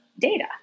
data